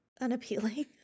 unappealing